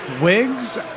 Wigs